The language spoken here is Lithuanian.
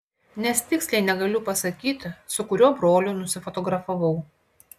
nes tiksliai negaliu pasakyti su kuriuo broliu nusifotografavau